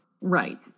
Right